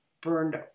burned